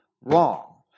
wrong